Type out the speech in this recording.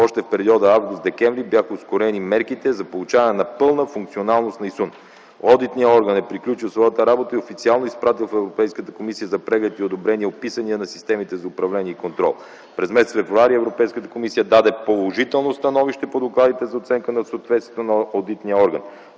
още в периода м. август-декември м.г. бяха ускорени мерките за получаване на пълна функционалност на ИСУН. Одитният орган е приключил своята работа и официално е изпратил в Европейската комисия за преглед и одобрение описание на системите за управление и контрол. През м. февруари т.г. Европейската комисия даде положително становище по докладите за оценка на съответствията на одитния орган.